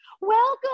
welcome